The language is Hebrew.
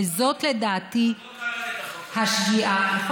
וזאת לדעתי השגיאה, את לא קראת את החוק הזה.